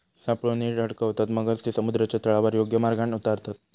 सापळो नीट अडकवतत, मगच ते समुद्राच्या तळावर योग्य मार्गान उतारतत